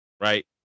right